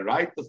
Right